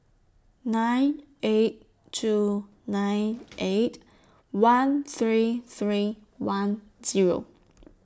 nine eight two nine eight one three three one Zero